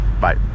bye